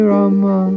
Rama